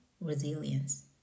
resilience